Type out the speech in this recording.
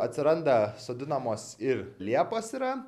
atsiranda sodinamos ir liepos yra